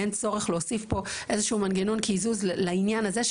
אין צורך להוסיף פה איזה שהוא מנגנון קיזוז לעניין הזה,